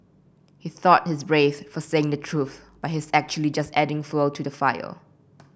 he thought he's brave for saying the truth but he's actually just adding fuel to the fire